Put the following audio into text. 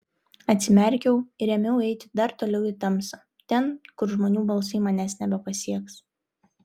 atsimerkiau ir ėmiau eiti dar toliau į tamsą ten kur žmonių balsai manęs nebepasieks